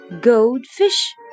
Goldfish